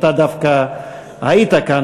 אתה דווקא היית כאן,